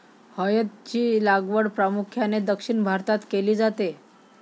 हळद ची लागवड प्रामुख्याने दक्षिण भारतात केली जाते